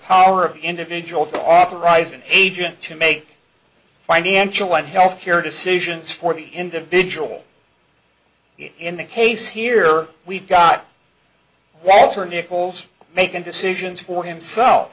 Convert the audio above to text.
power of the individual to authorize an agent to make financial and health care decisions for the individual in the case here we've got walter nichols making decisions for himself